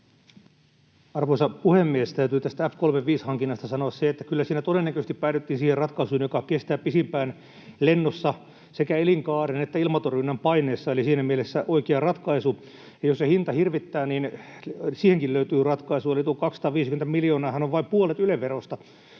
Arvoisa puhemies! Täytyy tästä F-35-hankinnasta sanoa se, että kyllä siinä todennäköisesti päädyttiin siihen ratkaisuun, joka kestää pisimpään lennossa sekä elinkaaren että ilmatorjunnan paineessa, eli siinä mielessä oikea ratkaisu. Jos se hinta hirvittää, niin siihenkin löytyy ratkaisu: Tuo 250 miljoonaahan on vain puolet Yle-verosta.